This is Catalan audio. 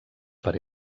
per